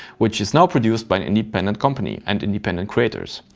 which is now produced by an independent company and independent creators.